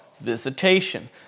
visitation